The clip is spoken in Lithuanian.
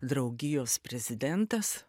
draugijos prezidentas